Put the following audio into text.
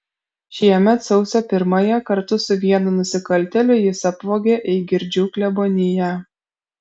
šiemet sausio pirmąją kartu su vienu nusikaltėliu jis apvogė eigirdžių kleboniją